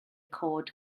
cod